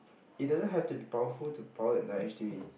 it doesn't have to be powerful to power entire H_D_B